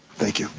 thank you,